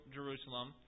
Jerusalem